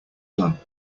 done